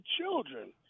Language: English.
children